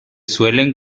suelen